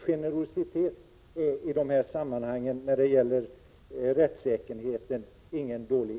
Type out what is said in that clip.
Generositet är ingen dålig utgångspunkt i rättssäkerhetssammanhang.